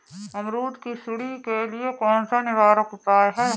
अमरूद की सुंडी के लिए कौन सा निवारक उपाय है?